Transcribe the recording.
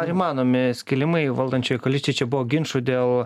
ar įmanomi skilimai valdančioj koalicijoj čia buvo ginčų dėl